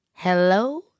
Hello